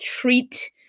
treat